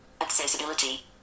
Accessibility